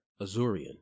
Azurian